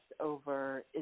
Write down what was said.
over